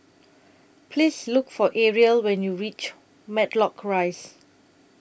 Please Look For Arielle when YOU REACH Matlock Rise